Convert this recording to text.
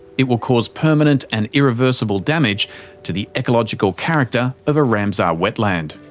it will cause permanent and irreversible damage to the ecological character of a ramsar wetland.